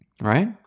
right